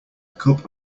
cup